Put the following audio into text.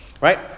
Right